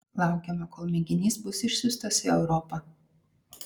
laukiame kol mėginys bus išsiųstas į europą